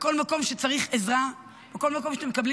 בכל מקום שצריך עזרה או כל מקום שאתה מקבלים